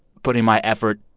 putting my effort